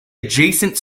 adjacent